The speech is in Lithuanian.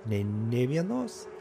nei nė vienos